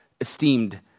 esteemed